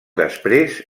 després